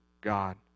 God